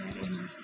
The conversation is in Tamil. வேறென்ன